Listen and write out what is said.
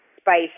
spice